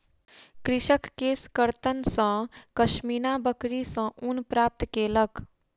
कृषक केशकर्तन सॅ पश्मीना बकरी सॅ ऊन प्राप्त केलक